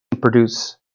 produce